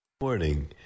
Morning